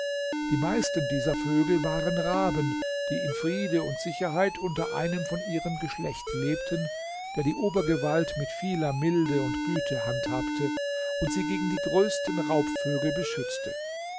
die meisten dieser vögel waren raben die in friede und sicherheit unter einem von ihrem geschlecht lebten der die obergewalt mit vieler milde und güte handhabte und sie gegen die größten raubvögel beschützte